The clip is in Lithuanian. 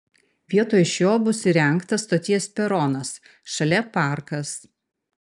vietoj šio bus įrengtas stoties peronas šalia parkas